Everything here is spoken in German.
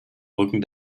rücken